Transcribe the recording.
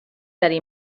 eddie